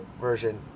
version